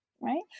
right